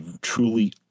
truly